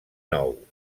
nou